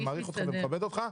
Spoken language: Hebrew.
מעריך אותך ומכבד אותך,